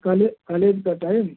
काले कॉलेज का टाइम